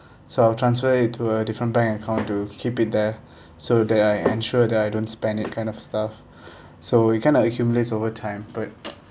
so I will transfer it to a different bank account to keep it there so that I ensure that I don't spend it kind of stuff so it kind of accumulate over time but